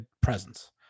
presence